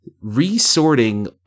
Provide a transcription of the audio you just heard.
resorting